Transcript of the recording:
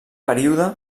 període